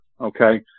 okay